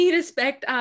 respect